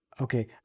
okay